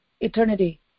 eternity